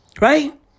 Right